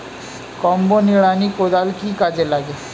Combo নিড়ানি কোদাল কি কাজে লাগে?